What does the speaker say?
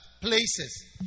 places